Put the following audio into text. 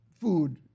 food